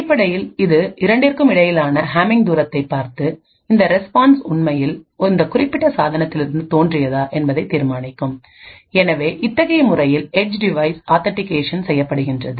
அடிப்படையில் இது இரண்டிற்கும் இடையிலான ஹேமிங் தூரத்தைப் பார்த்து இந்த ரெஸ்பான்ஸ் உண்மையில் இந்த குறிப்பிட்ட சாதனத்திலிருந்து தோன்றியதா என்பதை தீர்மானிக்கும் எனவே இத்தகைய முறையில் ஏட்ஜ் டிவைஸ் ஆத்தன்டிகேஷன் செய்யப்படுகின்றது